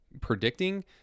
predicting